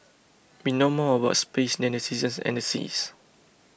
we know more about space than the seasons and the seas